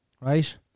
right